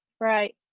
Right